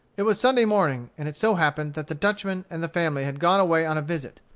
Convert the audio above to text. it was sunday morning, and it so happened that the dutchman and the family had gone away on a visit.